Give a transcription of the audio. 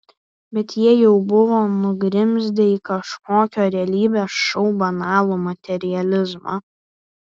bet jie jau buvo nugrimzdę į kažkokio realybės šou banalų materializmą